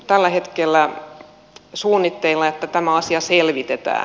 tällä hetkellä on suunnitteilla että tämä asia selvitetään